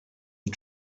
and